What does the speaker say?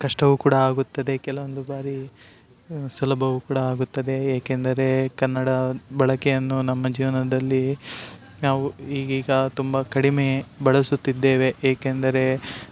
ಕಷ್ಟವೂ ಕೂಡ ಆಗುತ್ತದೆ ಕೆಲವೊಂದು ಬಾರಿ ಸುಲಭವೂ ಕೂಡ ಆಗುತ್ತದೆ ಏಕೆಂದರೆ ಕನ್ನಡ ಬಳಕೆಯನ್ನು ನಮ್ಮ ಜೀವನದಲ್ಲಿ ನಾವು ಈಗೀಗ ತುಂಬ ಕಡಿಮೆಯೇ ಬಳಸುತ್ತಿದ್ದೇವೆ ಏಕೆಂದರೆ